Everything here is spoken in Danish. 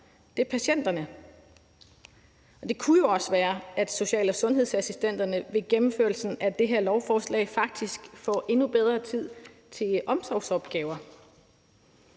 Det er patienterne. Og det kunne jo også være, at social- og sundhedsassistenterne ved gennemførelsen af det her lovforslag faktisk fik endnu bedre tid til omsorgsopgaver.